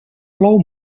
plou